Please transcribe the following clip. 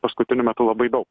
paskutiniu metu labai daug